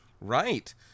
Right